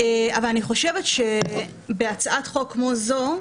אבל אני חושבת שבהצעת חוק כמו זאת,